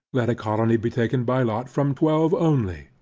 let a colony be taken by lot from twelve only,